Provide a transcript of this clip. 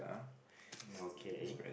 okay